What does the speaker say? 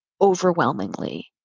overwhelmingly